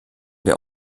der